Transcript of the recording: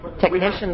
technicians